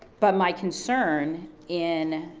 but my concern in